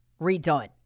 redone